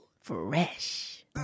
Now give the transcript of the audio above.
Fresh